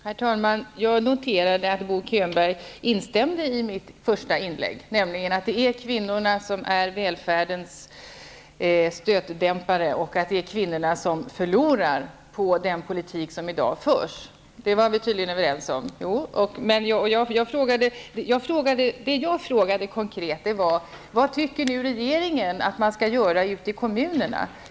Herr talman! Jag noterade att Bo Könberg instämde i mitt första inlägg vad gäller att det är kvinnorna som är välfärdens stötdämpare och att det är kvinnorna som förlorar på den politik som i dag förs. Det som jag konkret frågade var: Vad tycker regeringen att man nu skall göra ute i kommunerna?